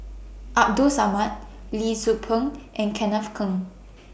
Abdul Samad Lee Tzu Pheng and Kenneth Keng